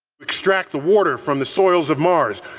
extract the water from the soils of mars.